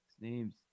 name's